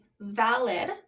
valid